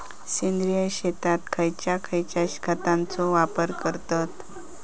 सेंद्रिय शेतात खयच्या खयच्या खतांचो वापर करतत?